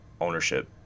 ownership